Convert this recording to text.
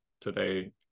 today